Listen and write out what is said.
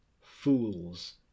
Fools